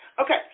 Okay